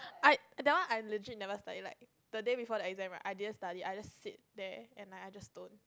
I that one I legit never study like the day before the exam right I didn't study I just sit there and like I just don't